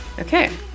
Okay